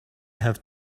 have